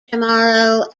tomorrow